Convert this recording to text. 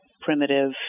primitive